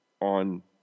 on